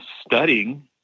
studying